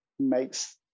Makes